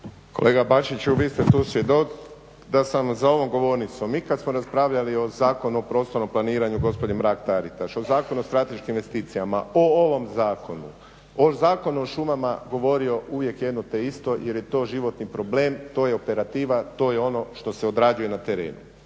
Kolega Bačiću, vi ste tu svjedok da sam za ovom govornicom, mi kad smo raspravljali o Zakonu o prostornom planiranju gospođe Mrak Taritaš, o Zakonu o strateškim investicijama, o ovom zakonu, o Zakonu o šumama govorio uvijek jedno te isto jer je to životni problem, to je operativa, to je ono što se odrađuje na terenu.